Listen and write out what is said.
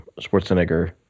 Schwarzenegger